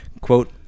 Quote